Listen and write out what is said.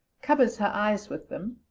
covers her eyes with them,